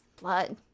Blood